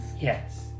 Yes